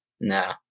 No